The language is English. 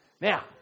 Now